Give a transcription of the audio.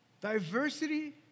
Diversity